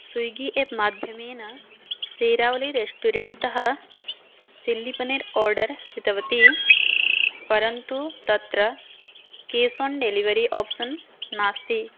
Swiggy एप्माध्यमेन सेरावलीरेष्टुरेण्ट्तः चिल्लिपनिर् order कृतवती परन्तु तत्र केश् अण्ड् डेलिवरी आप्सन् नास्ति